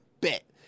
Bet